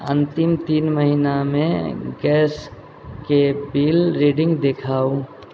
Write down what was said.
अन्तिम तीन महिनामे गैसके बिल रीडिंग देखाउ